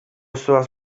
zoaz